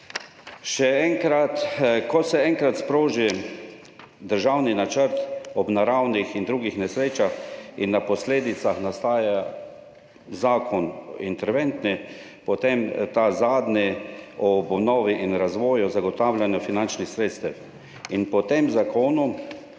ko se enkrat sproži državni načrt ob naravnih in drugih nesrečah in na posledicah nastaja interventni zakon, zadnji o obnovi, razvoju in zagotavljanju finančnih sredstev, po katerem